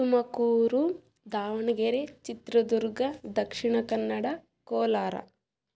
Tumakuru Davanagere Chitradurga Dakshina Kannada Kolar